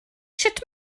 sut